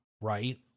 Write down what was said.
right